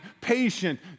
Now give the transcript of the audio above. patient